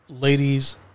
ladies